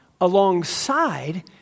alongside